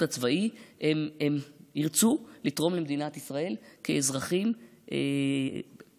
הצבאי הם ירצו לתרום למדינת ישראל כאזרחים פעילים.